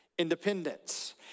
independence